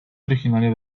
originaria